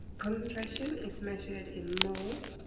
concentration is measured in moles